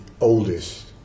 oldest